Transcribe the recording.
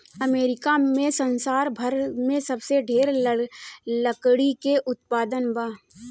America में संसार भर में सबसे ढेर लकड़ी के उत्पादन बा